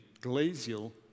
glacial